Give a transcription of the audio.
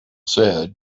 said